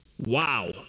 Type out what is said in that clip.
wow